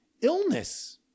illness